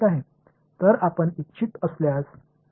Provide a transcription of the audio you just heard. எனவே நீங்கள் விரும்பினால் இங்கே ஒரு தொப்பியை வைக்கலாம்